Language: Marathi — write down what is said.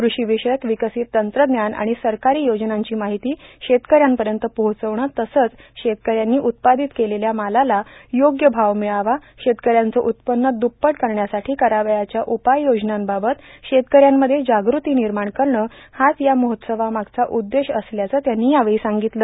कृषीविषयक विकसित तंत्रज्ञान आणि सरकारी योजनांची माहिती शेतकऱ्यांपर्यंत पोहचवणं तसंच शेतकऱ्यांनी उत्पादित केलेल्या मालाला योग्य भाव मिळावा शेतकऱ्यांचं उत्पन्न दुप्पट करण्यासाठी करावयाच्या उपाययोजनांबाबत शेतकऱ्यांमध्ये जागृती निर्माण करणं हाच या महोत्सवामागचा उद्देश असल्याचं त्यांनी यावेळी सांगितलं